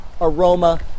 aroma